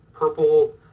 Purple